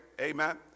Amen